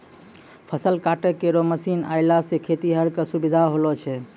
फसल काटै केरो मसीन आएला सें खेतिहर क सुबिधा होलो छै